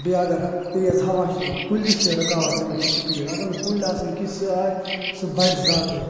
بیٚیہِ اگر حض تیز ہوا چھِ یوان کُلی چھِ رُکاوان تمیُک سُپیڈ اگر نہٕ کُلۍ آسَن کِہیٖنۍ سُہ بڑِ زیادَے